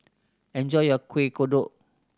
enjoy your Kuih Kodok